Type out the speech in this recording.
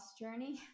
journey